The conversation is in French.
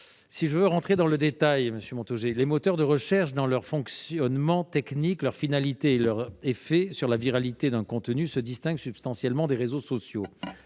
licite. Pour entrer dans le détail, monsieur Montaugé, les moteurs de recherche, dans leur fonctionnement technique, leur finalité et leur effet sur la viralité d'un contenu, se distinguent substantiellement des réseaux sociaux.